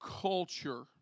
culture